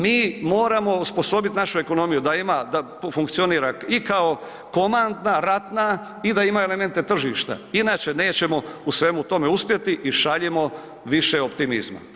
Mi moramo osposobiti našu ekonomiju da ima da funkcionira i kao komandna, ratna i da ima elemente tržišta, inače nećemo u svemu tome uspjeti i šaljimo više optimizma.